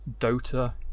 Dota